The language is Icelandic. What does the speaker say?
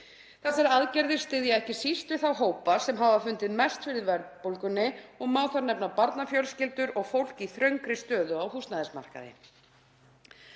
Þessar aðgerðir styðja ekki síst við þá hópa sem hafa fundið mest fyrir verðbólgunni og má þar nefna barnafjölskyldur og fólk í þröngri stöðu á húsnæðismarkaði.